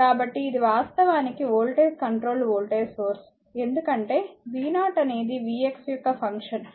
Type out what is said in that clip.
కాబట్టి ఇది వాస్తవానికి వోల్టేజ్ కంట్రోల్డ్ వోల్టేజ్ సోర్స్ ఎందుకంటే v0 అనేది vxయొక్క ఫంక్షన్